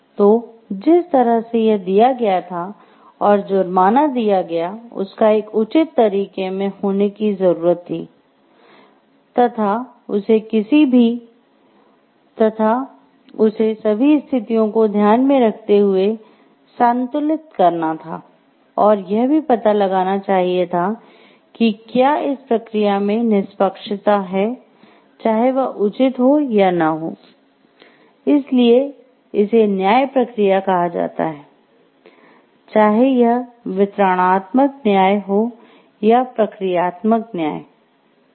तो जिस तरह से यह दिया गया था और जो जुर्माना दिया गया उसका एक उचित तरीके में होने की जरुरत थी तथा उसे सभी स्थितियों को ध्यान में रखते हुए संतुलित करना था और यह भी पता लगाना चाहिए था कि क्या इस प्रक्रिया में निष्पक्षता है चाहे वह उचित हो या न हो इसीलिए इसे न्याय प्रक्रिया का